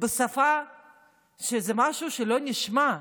בשפה שזה משהו שלא נשמע,